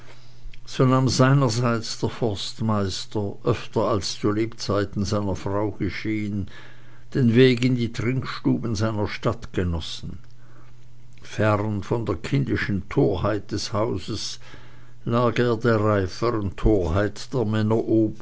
so nahm seinerseits der forstmeister öfter als zu lebzeiten seiner frau geschehen den weg in die trinkstuben seiner stadtgenossen fern von der kindischen torheit des hauses lag er der reiferen torheit der männer